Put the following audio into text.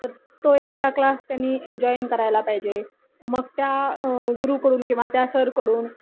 तर तो एखादा क्लास त्यांनी जॉईन करायला पाहिजे मग त्या गुरुकडून किंवा त्या सरकडून